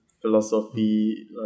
philosophy